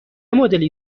مدلی